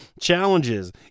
challenges